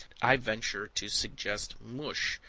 i venture to suggest mush,